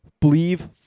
believe